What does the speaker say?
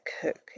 cook